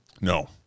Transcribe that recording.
No